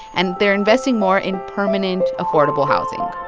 and they're investing more in permanent, affordable housing